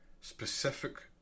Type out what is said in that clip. specific